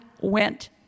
went